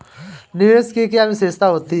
निवेश की क्या विशेषता होती है?